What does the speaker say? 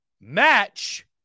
match